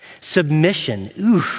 Submission